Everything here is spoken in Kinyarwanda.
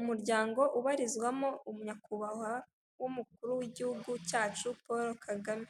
Umuryango ubarizwamo umunyakubahwa w'umukuru w'igihugu cyacu Poro Kagame.